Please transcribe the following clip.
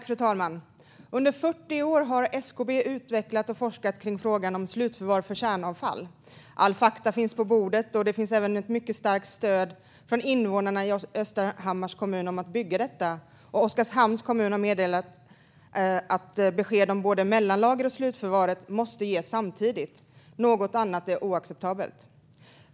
Fru talman! Under 40 år har SKB utvecklat och forskat om frågan om slutförvar för kärnavfall. Alla fakta finns på bordet, och det finns även mycket starkt stöd från invånarna i Östhammars kommun om att bygga detta. Oskarshamns kommun har meddelat att besked om både mellanlager och slutförvar måste ges samtidigt; något annat är oacceptabelt.